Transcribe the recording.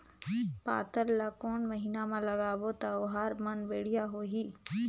पातल ला कोन महीना मा लगाबो ता ओहार मान बेडिया होही?